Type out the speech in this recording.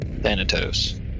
thanatos